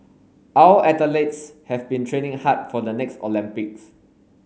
our athletes have been training hard for the next Olympics